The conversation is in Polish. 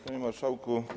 Panie Marszałku!